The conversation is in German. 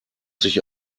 sich